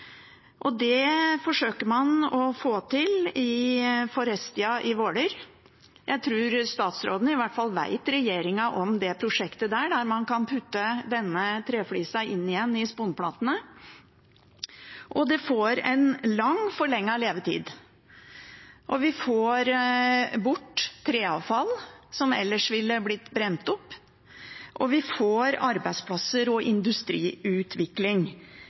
Det forsøker man å få til i Forestia i Våler. Jeg tror statsråden vet – i hvert fall vet regjeringen – om det prosjektet, der man kan putte treflisa inn igjen i sponplatene, og de får en lang og forlenget levetid. Vi får bort treavfall som ellers ville blitt brent opp, og vi får arbeidsplasser og industriutvikling